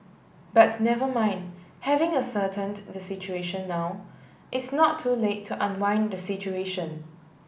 but never mind having ascertained the situation now it's not too late to unwind the situation